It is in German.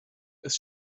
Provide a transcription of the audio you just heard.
ist